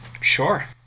Sure